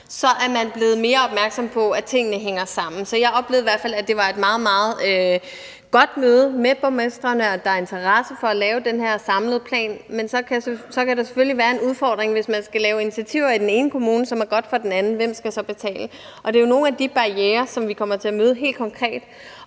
så er man blevet mere opmærksom på, at tingene hænger sammen. Jeg oplevede i hvert fald, at det var et meget, meget godt møde med borgmestrene, og at der er interesse for at lave den her samlede plan. Men der kan selvfølgelig, hvis man i den ene kommune skal lave initiativer, som er gode for en anden kommune, være en udfordring, med hensyn til hvem der så skal betale. Det er jo nogle af de barrierer, vi kommer til at møde helt konkret,